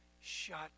shut